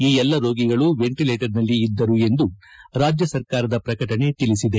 ಈ ಎಲ್ಲ ರೋಗಿಗಳು ವೆಂಟೆಲೇಟರ್ನಲ್ಲಿ ಇದ್ದರು ಎಂದು ರಾಜ್ಯ ಸರ್ಕಾರದ ಪ್ರಕಟಣೆ ತಿಳಿಸಿದೆ